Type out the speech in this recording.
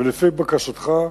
אבל לפי בקשתך,